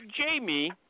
Jamie